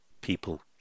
people